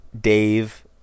Dave